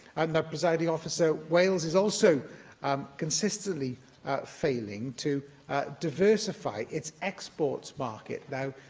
and presiding officer, wales is also um consistently failing to diversify its exports market. now,